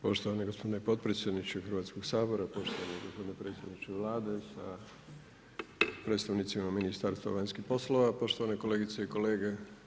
Poštovani gospodine potpredsjedniče Hrvatskog sabora, poštovani gospodine predsjedniče Vlade sa predstavnicima Ministarstva vanjskih poslova, poštovane kolegice i kolege.